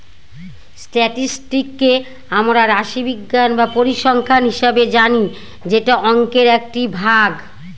স্ট্যাটিসটিককে আমরা রাশিবিজ্ঞান বা পরিসংখ্যান হিসাবে জানি যেটা অংকের একটি ভাগ